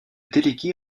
délégué